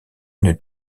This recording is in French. une